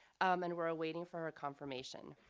um and we're awaiting for her confirmation.